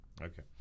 okay